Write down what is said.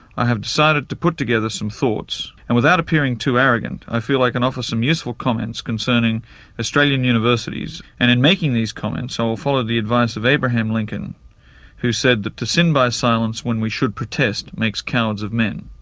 i have decided to put together some thoughts. and without appearing too arrogant i feel i can offer some useful comments concerning australian universities. and in making these comments so i'll follow the advice of abraham lincoln who said that to sin by silence when we should protest makes cowards of men.